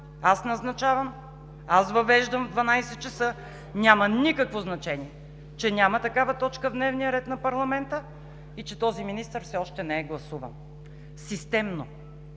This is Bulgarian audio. аз назначавам, аз въвеждам в 12,00 ч. Няма никакво значение, че няма такава точка в дневния ред на парламента и че този министър все още не е гласуван. Системно,